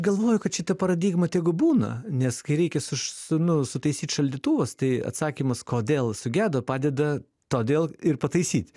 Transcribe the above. galvoju kad šita paradigma tegu būna nes kai reikia suš su nu sutaisyt šaldytuvas tai atsakymas kodėl sugedo padeda todėl ir pataisyt